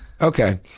okay